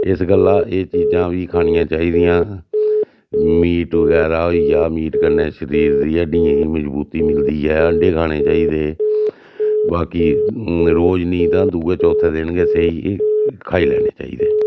इस गल्ला एह् चीजां बी खानियां चाहिदियां मीट बगैरा होई गेआ मीट कन्नै शरीर दी हड्डियें गी मजबूती मिलदी ऐ अण्डे खाने चाहिदे बाकी रोज़ नी तां दुए चौथे दिन गै सेही खाई लैने चाहिदे